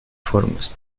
formas